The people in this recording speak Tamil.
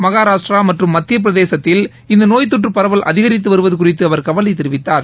மகாராஷ்டிரா மற்றும் மத்தியப்பிரதேசத்தில் இந்த நோய் தொற்றுப் பரவல் அதிகரித்து வருவது குறித்து அவர் கவலை தெரிவித்தார்